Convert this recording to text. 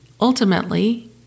ultimately